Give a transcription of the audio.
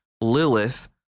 Lilith